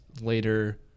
later